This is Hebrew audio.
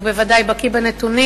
הוא בוודאי בקי בנתונים,